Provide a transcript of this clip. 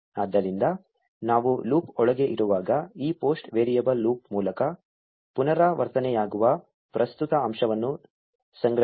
ಆದ್ದರಿಂದ ನಾವು ಲೂಪ್ ಒಳಗೆ ಇರುವಾಗ ಈ ಪೋಸ್ಟ್ ವೇರಿಯೇಬಲ್ ಲೂಪ್ ಮೂಲಕ ಪುನರಾವರ್ತನೆಯಾಗುವ ಪ್ರಸ್ತುತ ಅಂಶವನ್ನು ಸಂಗ್ರಹಿಸುತ್ತದೆ